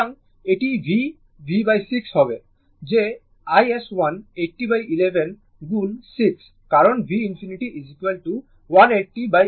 সুতরাং এটি v v6 হবে যে iS1 8011 গুণ 6 কারণ v ∞ 18011